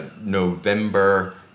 November